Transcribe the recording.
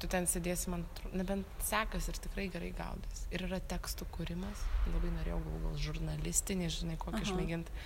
tu ten sėdėsi man nebent sekas ir tikrai gerai gaudais ir yra tekstų kūrimas labai norėjau galvojau gal žurnalistinį žinai kokį išmėgint